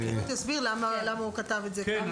--- יסביר למה הוא כתב את זה כאן.